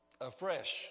afresh